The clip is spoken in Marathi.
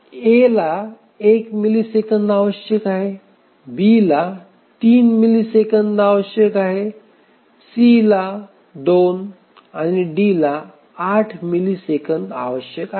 A ला 1 मिलिसेकंद आवश्यक आहे B ला 3 मिलिसेकंद आवश्यक आहे Cला 2 आणि D ला 8 मिलिसेकंद आवश्यक आहेत